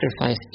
sacrifice